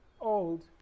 old